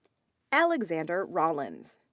alexander rawlins.